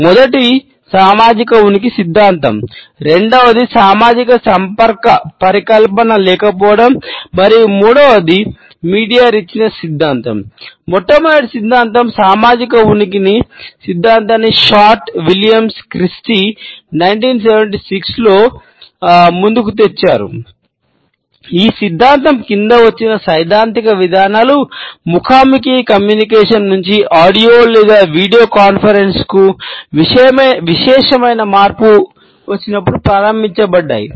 మొదటిది సామాజిక ఉనికి సిద్ధాంతం రెండవది సామాజిక సంపర్క పరికల్పన లేకపోవడం మరియు మూడవది మీడియా రిచ్నెస్ విశేషమైన మార్పు వచ్చినప్పుడు ప్రారంభించబడ్డాయి